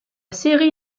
série